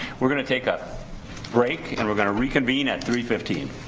we're gonna take a break and we're gonna reconvene at three fifteen.